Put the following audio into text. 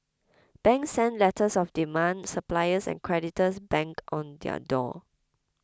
banks sent letters of demand suppliers and creditors banged on their door